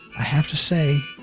i have to say,